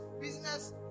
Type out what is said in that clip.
business